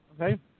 okay